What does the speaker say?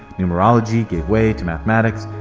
numerology gave way to mathematics,